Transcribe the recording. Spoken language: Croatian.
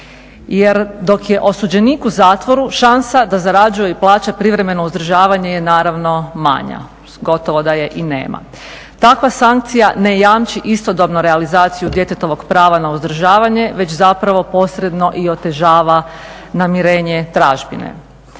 Jer dok je osuđenik u zatvoru šansa da zarađuje i plaća privremeno uzdržavanje je naravno manja, gotovo da je i nema. Takva sankcija ne jamči istodobno realizaciju djetetovog prava na uzdržavanje već zapravo posredno i otežava namirenje tražbine.